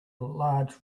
large